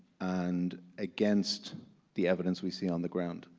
and against the evidence we see on the ground,